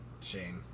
Shane